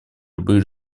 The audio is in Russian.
любых